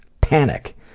panic